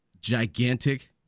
gigantic